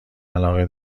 علاقه